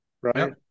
right